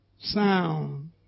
Sound